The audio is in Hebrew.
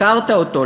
ביקרת אותו,